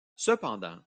cependant